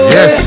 Yes